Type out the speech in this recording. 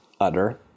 utter